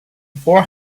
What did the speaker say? four